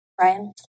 Ryan